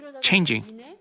changing